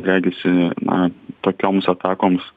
regisi na tokioms atakoms